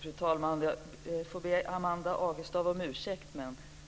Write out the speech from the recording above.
Fru talman! Jag får be Amanda Agestav om ursäkt.